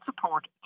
support